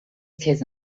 käse